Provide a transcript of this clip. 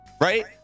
right